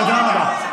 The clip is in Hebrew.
תודה רבה.